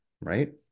right